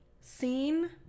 scene